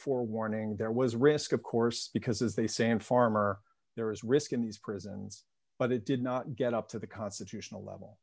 forewarning there was risk of course because as they say in farmer there is risk in these prisons but it did not get up to the constitutional